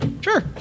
Sure